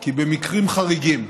כי במקרים חריגים,